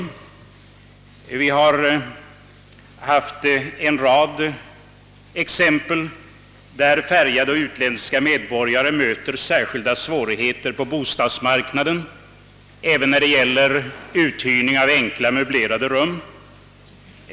Det har förekommit en rad exempel där färgade och utländska medbor gare mött särskilda svårigheter på bostadsmarknaden, även när det gäller uthyrning av enkla möblerade rum.